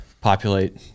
populate